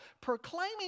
proclaiming